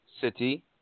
city